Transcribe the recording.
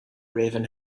raven